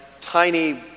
tiny